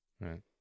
Right